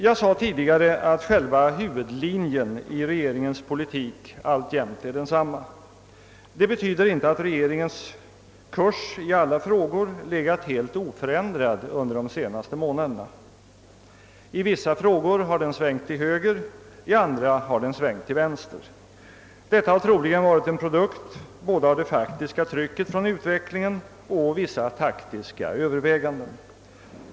Jag sade tidigare att själva huvudlinjen i regeringens politik alltjämt är densamma. Det betyder inte att regeringens kurs i alla frågor legat helt oförändrad under de senaste månaderna. I vissa frågor har den svängt till höger, i andra har den svängt till vänster. Detta har troligen varit en produkt både av det faktiska trycket av utvecklingen och av vissa taktiska överväganden.